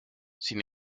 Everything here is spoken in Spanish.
sin